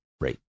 rate